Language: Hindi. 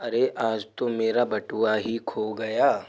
अरे आज तो मेरा बटुआ ही खो गया